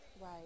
Right